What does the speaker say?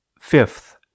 Fifth